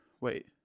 Wait